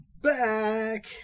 back